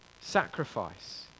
sacrifice